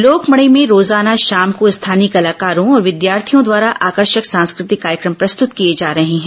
लोक मड़ई भें रोजाना शाम को स्थानीय कलाकारों और विद्यार्थियों द्वारा आकर्षक सांस्कृतिक कार्यक्रम प्रस्तुत किए जा रहे हैं